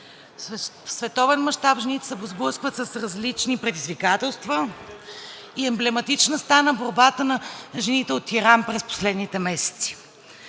световен мащаб жените се сблъскват с различни предизвикателства и емблематична стана борбата на жените от Иран през последните месеци.